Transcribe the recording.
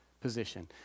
position